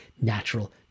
natural